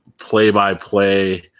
play-by-play